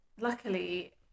Luckily